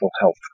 health